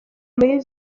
muri